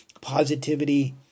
positivity